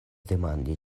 demandi